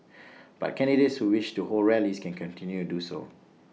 but candidates who wish to hold rallies can continue do so